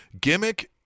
Gimmick